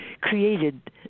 created